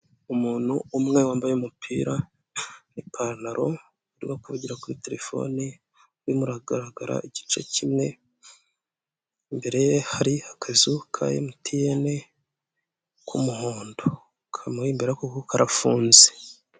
Umuntu umwe wambaye umupira n'ipantaro, urimo kuvugira kuri telefone, urimo uragaragara igice kimwe. Imbere ye hari akazu ka emutiyene k'umuhondo, kamuri imbere kuko karafunze.